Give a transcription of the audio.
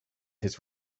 his